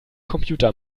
computer